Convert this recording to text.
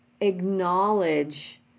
acknowledge